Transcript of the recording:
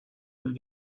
but